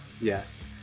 Yes